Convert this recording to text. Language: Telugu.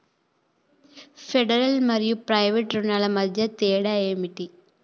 ఫెడరల్ మరియు ప్రైవేట్ రుణాల మధ్య తేడా ఏమిటి?